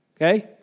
Okay